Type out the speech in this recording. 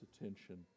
attention